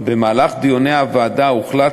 יש מערכת שלמה שאנחנו שותפים לה בכל העולם.